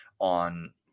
on